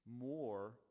more